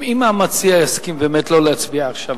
אם המציע יסכים שלא להצביע עכשיו,